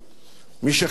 מי שחלש,